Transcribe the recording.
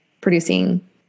producing